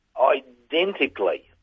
identically